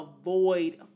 avoid